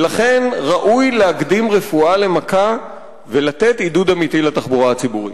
ולכן ראוי להקדים רפואה מכה ולתת עידוד אמיתי לתחבורה הציבורית.